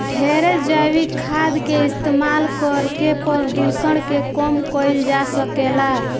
ढेरे जैविक खाद के इस्तमाल करके प्रदुषण के कम कईल जा सकेला